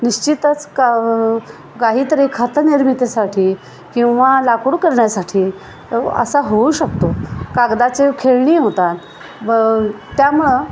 निश्चितच का काहीतरी खत निर्मितीसाठी किंवा लाकूड करण्यासाठी असा होऊ शकतो कागदाचे खेळणी होतात त्यामुळं